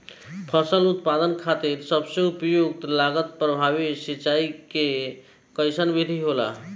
फसल उत्पादन खातिर सबसे उपयुक्त लागत प्रभावी सिंचाई के कइसन विधि होला?